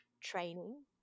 training